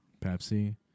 Pepsi